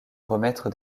remettre